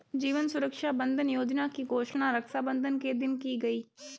जीवन सुरक्षा बंधन योजना की घोषणा रक्षाबंधन के दिन की गई